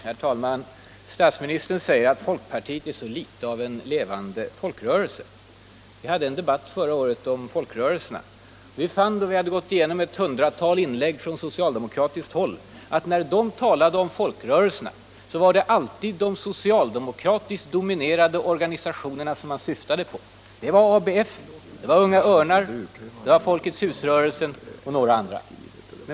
Herr talman! Statsministern påstår att folkpartiet är mycket litet av en levande folkrörelse. Vi hade en debatt om folkrörelserna förra året. Efter att ha gått igenom ett hundratal inlägg från socialdemokratiskt håll fann vi att det alltid när socialdemokraterna talade om folkrörelserna var de socialdemokratiskt dominerade organisationerna de syftade på. Det var ABF, det var Unga örnar, det var Folkets hus-rörelsen och några andra.